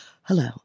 Hello